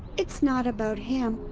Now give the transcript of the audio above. it's not about him.